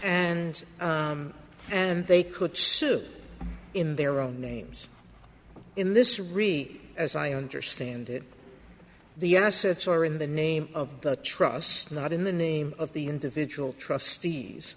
and and they could sue in their own names in this re as i understand it the assets are in the name of the trust not in the name of the individual trustees